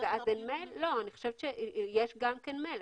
אני חושבת שיש גם מייל.